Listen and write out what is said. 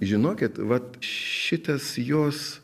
žinokit vat šitas jos